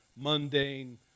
mundane